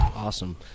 Awesome